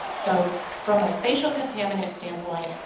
so from a facial contaminant standpoint,